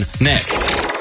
next